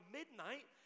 midnight